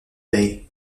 bay